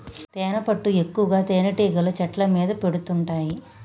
తేనెపట్టు ఎక్కువగా తేనెటీగలు చెట్ల మీద పెడుతుంటాయి